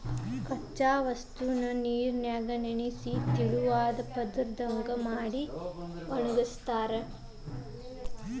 ಕಚ್ಚಾ ವಸ್ತುನ ನೇರಿನ್ಯಾಗ ನೆನಿಸಿ ತೆಳುವಾದ ಪದರದಂಗ ಮಾಡಿ ಒಣಗಸ್ತಾರ